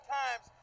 times